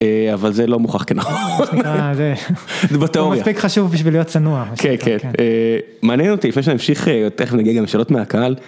אבל זה לא מוכח כנכון, זה מספיק חשוב בשביל להיות צנוע, מעניין אותי לפני שאמשיך יותר נגיד לשאלות מהקהל.